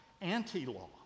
anti-law